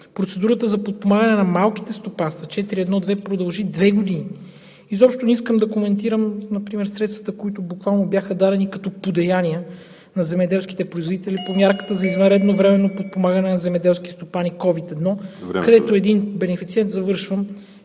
Процедурата за подпомагане на малките стопанства – 4.1.2, продължи две години. Изобщо не искам да коментирам например средствата, които буквално бяха дадени като подаяния на земеделските производители по Мярката за извънредно временно подпомагане на земеделски стопани COVID-19… ПРЕДСЕДАТЕЛ ВАЛЕРИ